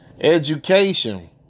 Education